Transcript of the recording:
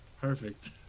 perfect